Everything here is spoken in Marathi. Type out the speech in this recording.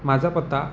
माझा पत्ता